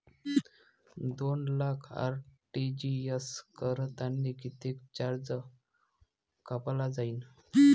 दोन लाख आर.टी.जी.एस करतांनी कितीक चार्ज कापला जाईन?